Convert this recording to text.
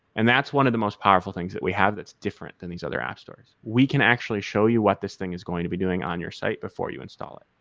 and that's one of the most powerful things that we have that's different than these other app stores. we can actually show you what this thing is going to be doing on your site before you install it.